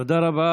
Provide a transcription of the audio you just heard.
תודה רבה,